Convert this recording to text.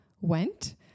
went